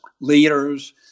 leaders